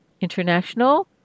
International